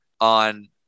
on